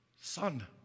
Son